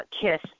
kiss